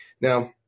Now